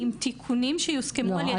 עם תיקונים שיוסכמו על ידי השרים.